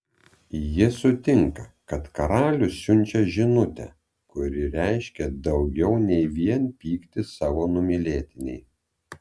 ji sutinka kad karalius siunčia žinutę kuri reiškia daugiau nei vien pyktį savo numylėtinei